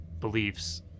beliefs